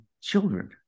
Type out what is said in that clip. children